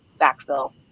backfill